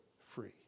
free